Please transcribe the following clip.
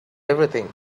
everything